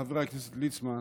חבר הכנסת ליצמן,